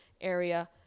area